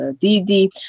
Didi